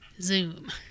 zoom